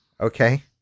Okay